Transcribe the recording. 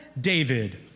David